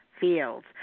fields